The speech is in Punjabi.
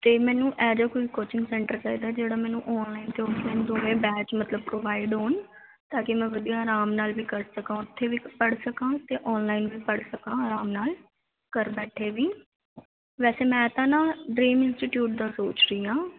ਅਤੇ ਮੈਨੂੰ ਇਹੋ ਜਿਹਾ ਕੋਈ ਕੋਚਿੰਗ ਸੈਂਟਰ ਚਾਹੀਦਾ ਜਿਹੜਾ ਮੈਨੂੰ ਆਨਲਾਈਨ ਅਤੇ ਔਫਲਾਈਨ ਦੋਵੇਂ ਬੈਚ ਮਤਲਬ ਪ੍ਰਵਾਇਡ ਹੋਣ ਮਤਲਬ ਤਾਂਕਿ ਮੈਂ ਵਧੀਆ ਆਰਾਮ ਨਾਲ ਵੀ ਕਰ ਸਕਾਂ ਉੱਥੇ ਵੀ ਪੜ੍ਹ ਸਕਾਂ ਅਤੇ ਆਨਲਾਈਨ ਵੀ ਪੜ੍ਹ ਸਕਾਂ ਆਰਾਮ ਨਾਲ ਘਰ ਬੈਠੇ ਵੀ